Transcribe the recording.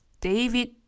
David